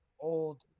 Old